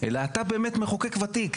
אתה באמת מחוקק ותיק.